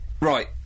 Right